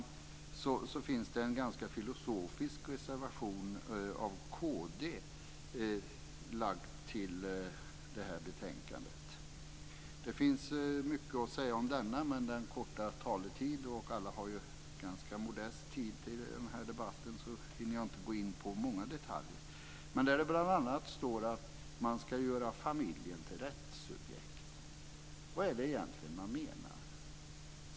Slutligen finns det en ganska filosofisk reservation av kd lagd till betänkandet. Det finns mycket att säga om denna. Men på min korta talartid, och alla har ganska modest tid i den här debatten, hinner jag inte gå in på många detaljer. Det står bl.a. att man ska göra familjen till rättssubjekt. Vad är det egentligen man menar?